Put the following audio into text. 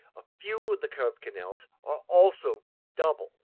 a few of the curved canals are also double.